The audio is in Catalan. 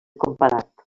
comparat